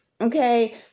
okay